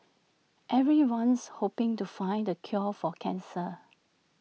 everyone's hoping to find the cure for cancer